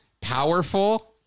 powerful